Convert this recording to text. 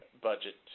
budget